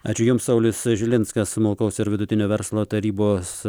ačiū jums saulius žilinskas smulkaus ir vidutinio verslo tarybos